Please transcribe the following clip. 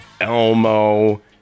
Elmo